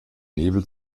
nebel